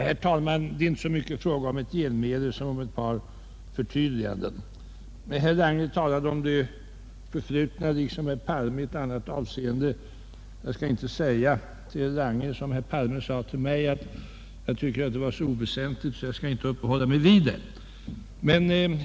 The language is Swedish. Herr talman! Det är inte så mycket fråga om ett genmäle som om ett par förtydliganden. Herr Lange talade om det förflutna liksom herr Palme gjorde i ett annal avseende. Jag skall inte säga till herr Lange som herr Palme sade till mig, nämligen att vad jag sade var så oväsentligt att jag inte skall uppehålla mig vid det.